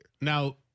Now